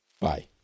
Bye